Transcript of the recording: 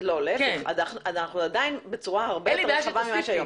אנחנו עדיין בצורה הרבה יותר רחבה --- אין לי בעיה שתוסיפי,